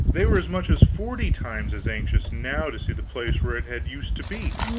they were as much as forty times as anxious now to see the place where it had used to be.